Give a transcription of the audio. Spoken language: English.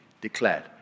declared